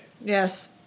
Yes